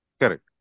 Correct